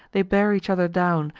they bear each other down,